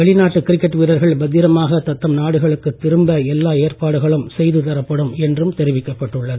வெளிநாட்டு கிரிக்கெட் வீரர்கள் பத்திரமாக தத்தம் நாடுகளுக்கு திரும்ப எல்லா ஏற்பாடுகளும் செய்து தரப்படும் என்றும் தெரிவிக்கப்பட்டுள்ளது